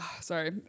Sorry